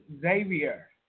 Xavier